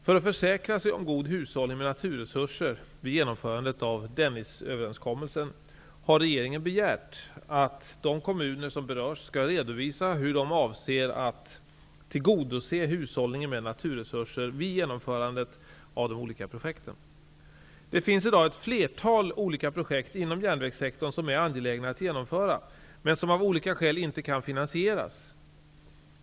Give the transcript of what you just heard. För att försäkra sig om god hushållning med naturresurser vid genomförandet av Dennisöverenskommelsen har regeringen begärt att de kommuner som berörs skall redovisa hur de avser att tillgodose hushållningen med naturresurser vid genomförandet av de olika projekten. Det finns i dag inom järnvägssektorn ett flertal olika projekt som är angelägna att genomföra men som av olika skäl inte kan finansieras.